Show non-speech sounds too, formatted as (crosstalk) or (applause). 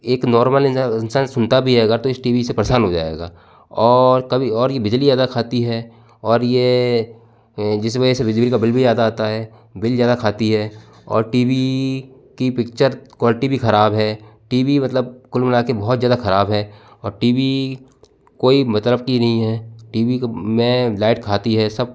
एक नॉर्मल इंसान सुनता भी है अगर तो इस टी वी से परेशान हो जाएगा और कभी और ये बिजली ज़्यादा खाती है और ये जिस वज़ह से बिजली का बिल भी ज़्यादा आता है बिल ज्यादा खाती है और टी वी की पिक्चर क्वालिटी भी खराब है टी वी मतलब कुल मिलाकर बहुत ज़्यादा खराब है और टी वी कोई मतलब की नहीं है टी वी (unintelligible) में लाइट खाती है सब